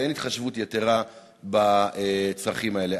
ואין התחשבות יתרה בצרכים האלה.